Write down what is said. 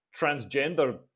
transgender